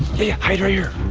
yeah. hide right here.